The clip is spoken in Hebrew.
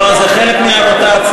לא, זה חלק מהרוטציה.